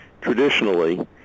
traditionally